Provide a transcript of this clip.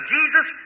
Jesus